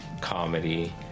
comedy